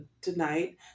tonight